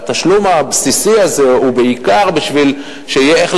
והתשלום הבסיסי הזה הוא בעיקר בשביל שיהיה איך